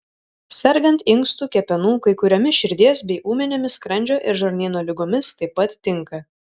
sergant inkstų kepenų kai kuriomis širdies bei ūminėmis skrandžio ir žarnyno ligomis taip pat tinka